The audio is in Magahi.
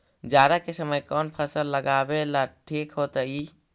जाड़ा के समय कौन फसल लगावेला ठिक होतइ?